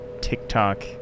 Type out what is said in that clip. tiktok